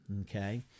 okay